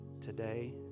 today